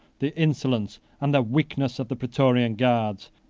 the insolence, and the weakness of the praetorian guards,